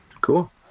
Cool